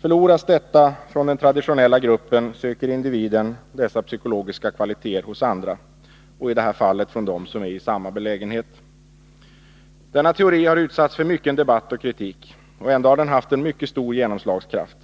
Förloras detta från den traditionella gruppen söker individen dessa psykologiska kvaliteter hos andra, i detta fall hos dem som är i samma belägenhet. Denna teori har utsatts för mycken debatt och kritik. Ändå har den haft en mycket stor genomslagskraft.